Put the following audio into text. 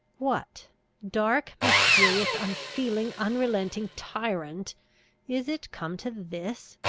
what dark, mysterious, unfeeling, unrelenting tyrant is it come to this?